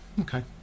okay